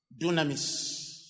Dunamis